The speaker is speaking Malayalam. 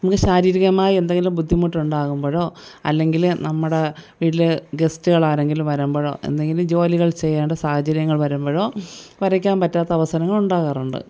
നമുക്ക് ശാരീരികമായി എന്തെങ്കിലും ബുദ്ധിമുട്ട് ഉണ്ടാകുമ്പോഴോ അല്ലെങ്കിൽ നമ്മുടെ വീട്ടിൽ ഗസ്റ്റുകൾ ആരെങ്കിലും വരുമ്പോഴോ എന്തെങ്കിലും ജോലികൾ ചെയ്യേണ്ട സാഹചര്യങ്ങൾ വരുമ്പോഴോ വരയ്ക്കാൻ പറ്റാത്ത അവസരങ്ങൾ ഉണ്ടാകാറുണ്ട്